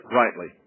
rightly